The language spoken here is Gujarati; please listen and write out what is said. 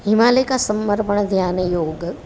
હિમાલિક સમર્પણ ધ્યાનયોગ